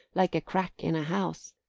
like a crack in a house.